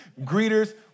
Greeters